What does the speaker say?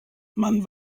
man